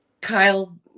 Kyle